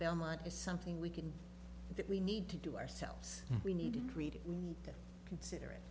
belmont is something we can do that we need to do ourselves we need to read it we need to consider it